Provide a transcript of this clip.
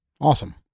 Awesome